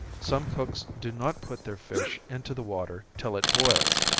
some cooks do not put their fish into the water till it boils,